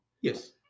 Yes